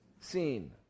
seen